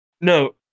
No